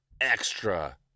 extra